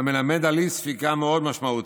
וזה מלמד על אי-ספיקה מאוד משמעותית.